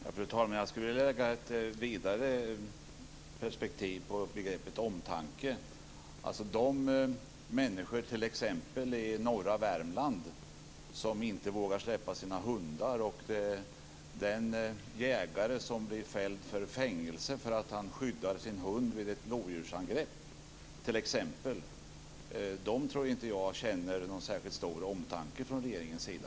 Fru talman! Jag skulle vilja lägga ett vidare perspektiv på begreppet omtanke. De människor i t.ex. norra Värmland som inte vågar släppa sina hundar och den jägare som blir dömd till fängelse för att han skyddar sin hund vid ett rovdjursangrepp känner nog inte någon särskilt stor omtanke från regeringens sida.